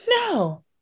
No